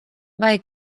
vai